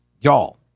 Y'all